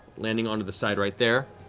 landing onto the side right there.